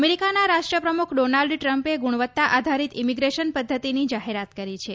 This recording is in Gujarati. અમેરિકાના રાષ્ટ્રપ્રમુખ ડોનાલ્ડ ટ્રમ્પે ગુણવત્તા આધારિત ઇમીગ્રેશન પદ્ધતિની જાહેરાત કરી છે